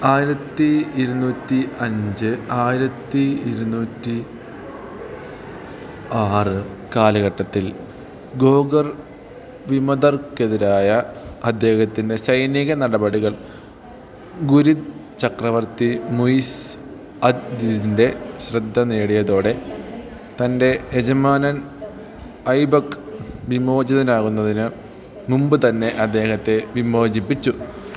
ആയിരത്തി ഇരുന്നൂറ്റി അഞ്ച് ആയിരത്തി ഇരുന്നൂറ്റി ആറ് കാലഘട്ടത്തിൽ ഖോഖർ വിമതർക്കെതിരായ അദ്ദേഹത്തിൻ്റെ സൈനിക നടപടികൾ ഘുരിദ് ചക്രവർത്തി മുയിസ് അദ് ദിനിൻ്റെ ശ്രദ്ധ നേടിയതോടെ തൻ്റെ യജമാനൻ ഐബക്ക് വിമോചിതനാകുന്നതിന് മുമ്പ് തന്നെ അദ്ദേഹത്തെ വിമോചിപ്പിച്ചു